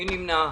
מי נמנע?